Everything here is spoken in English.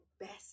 best